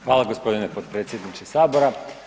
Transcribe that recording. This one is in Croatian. Hvala gospodine potpredsjedniče sabora.